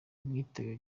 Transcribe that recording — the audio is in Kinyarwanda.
bamwitaga